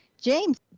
James